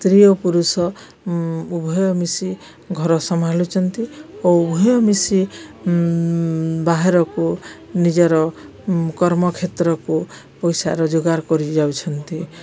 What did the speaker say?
ସ୍ତ୍ରୀ ପୁରୁଷ ଉଭୟ ମିିଶି ଘର ସମ୍ଭାଳୁଛନ୍ତି ଓ ଉଭୟ ମିିଶି ବାହାରକୁ ନିଜର କର୍ମକ୍ଷଷେତ୍ରକୁ ପଇସା ରୋଜଗାର କରି ଯାଉଛନ୍ତି